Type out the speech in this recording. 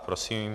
Prosím.